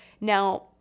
Now